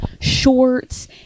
shorts